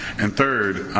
and third,